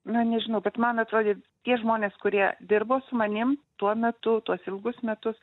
na nežinau bet man atrodė tie žmonės kurie dirbo su manim tuo metu tuos ilgus metus